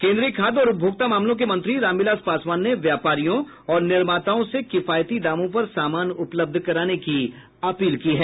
केन्द्रीय खाद्य और उपभोक्ता मामलो के मंत्री रामविलास पासवान ने व्यापारियों और निर्माताओं से किफायती दामों पर सामान उपलब्ध कराने की अपील की है